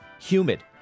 humid